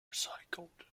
recycled